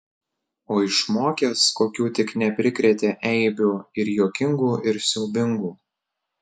o išmokęs kokių tik neprikrėtė eibių ir juokingų ir siaubingų